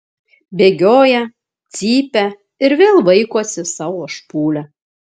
bėgioja cypia ir vėl vaikosi savo špūlę